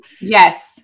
Yes